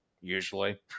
Usually